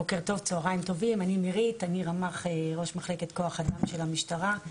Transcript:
אני רמ"ח, ראש מחלקת כוח אדם של המשטרה.